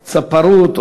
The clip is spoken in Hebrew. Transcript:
צפרות,